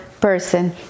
person